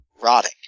rotting